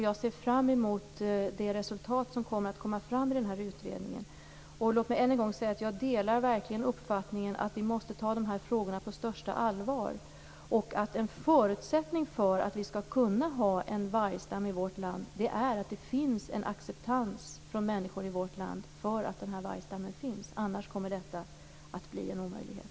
Jag ser fram emot de resultat som kommer att komma fram i utredningen. Jag delar verkligen uppfattningen att vi måste ta frågorna på största allvar. En förutsättning för att vi skall kunna ha en vargstam i vårt land är att det finns en acceptans hos människor i vårt land att vargstammen finns. Annars kommer detta att bli en omöjlighet.